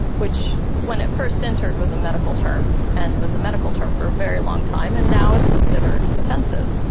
which when it first entered was a medical term and was a medical term for a very long time and now is considered offensive.